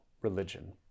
religion